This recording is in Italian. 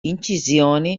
incisioni